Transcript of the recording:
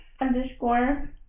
underscore